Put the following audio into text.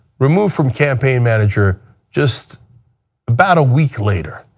remove from campaign manager just about a week later.